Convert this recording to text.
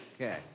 Okay